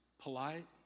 polite